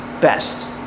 best